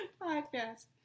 podcast